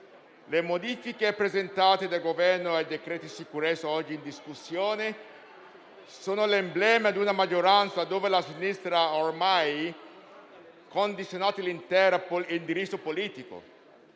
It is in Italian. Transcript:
le modifiche presentate dal Governo ai decreti sicurezza oggi in discussione sono l'emblema di una maggioranza in cui la sinistra ormai ha condizionato l'intero indirizzo politico